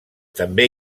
també